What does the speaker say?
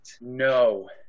No